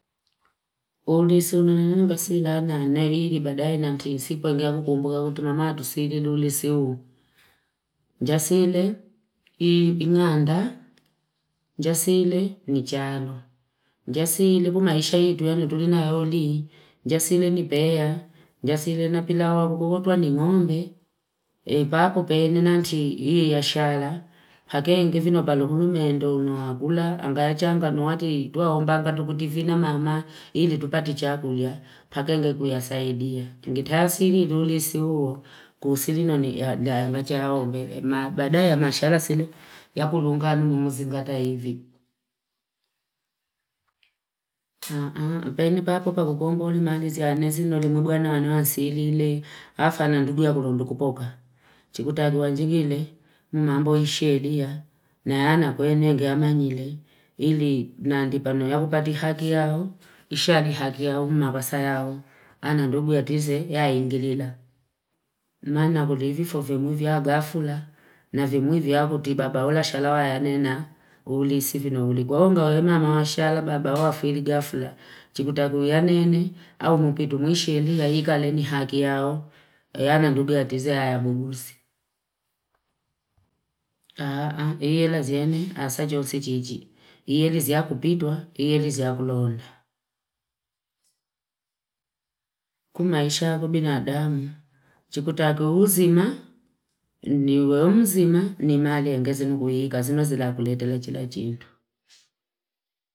Oo disi una nina mbasila na ini. Nati nisipa ngea ako kumbwa utumama tusiida luli si u. Jasile, inganda, jassile, nijalo. Jassile, buma isha hii twa anutundina oli. Jasile, nihpe ya. Jassile, na pila wa mugufuwotuwa ni mnombe. Eh papel pene nati ishara. Pake aingivino paluhulume endo ndono wakula. Anga ajanga ngu wati tuwa ombakatu kutifina managa ili tupati chakulia pake nguya saidia ngite asili lulesou kusili noni jaaga nocha yaumbe ima baadae yamachala sila yakulunga muzingata ivi, peni papokalukomboli malizia nizima tulo bwanana silile afa na ndugu yako tundu kupoka chikutakiwa njilile, mamboi sheria naayana kwenende amanyile ili nandipa pano pati haki yao ishali haki ya uma kosa yao anandugu atize yaingilila, nana vifo vya gafla na vingi vya kutibaba ulashala wayanina ulisikiloli kwahiyo nanga shayo baba oafili gafla chikutangulia nini au nikutumi sheria ikale ni haki yao iyani ndugu atizie ayamuuguzi, iyela zeni asachosi chichi iyeza kupitwa iyezakulonda, kumaisha kubina damu chikutakiwe uzima, iniwe uzima nimali yangeze kui kazi kulende chila chitu.